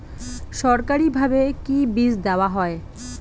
সরকারিভাবে কি বীজ দেওয়া হয়?